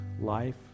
life